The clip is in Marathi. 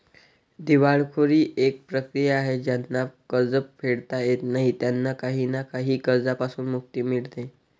दिवाळखोरी एक प्रक्रिया आहे ज्यांना कर्ज फेडता येत नाही त्यांना काही ना काही कर्जांपासून मुक्ती मिडते